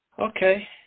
Okay